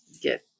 get